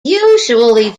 usually